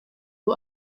ubu